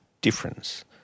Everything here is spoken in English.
difference